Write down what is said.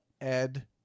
Ed